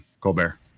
Colbert